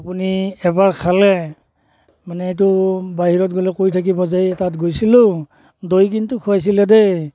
আপুনি এবাৰ খালে মানে এইটো বাহিৰত গ'লে কৈ থাকিব যে এই তাত গৈছিলোঁ দৈ কিন্তু খুৱাইছিলে দেই